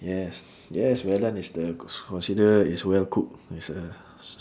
yes yes well done is the c~ consider is well cook is uh s~